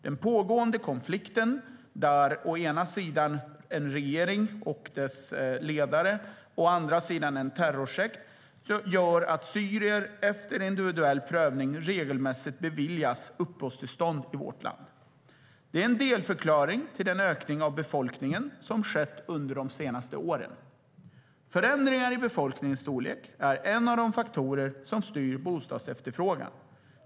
Den pågående konflikten, med å ena sidan en regering och dess ledare och å andra sidan en terrorsekt, gör att syrier efter individuell prövning regelmässigt beviljas uppehållstillstånd i vårt land. Det är en delförklaring till den ökning av befolkningen som skett under de senaste åren. Förändringar i befolkningens storlek är en av de faktorer som styr bostadsefterfrågan.